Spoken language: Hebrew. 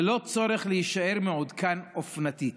ללא צורך להישאר מעודכן אופנתית.